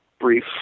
brief